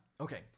Okay